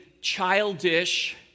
childish